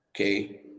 okay